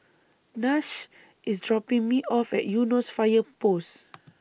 Nash IS dropping Me off At Eunos Fire Post